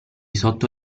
sotto